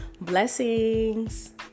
Blessings